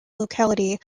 locality